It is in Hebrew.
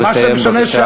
מה שמשנה, צריך לסיים.